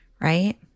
right